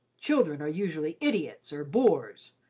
children are usually idiots or bores,